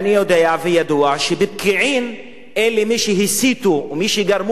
שבפקיעין מי שהסיתו ומי שגרמו לכל הפרובוקציה,